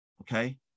okay